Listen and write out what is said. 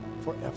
forever